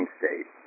state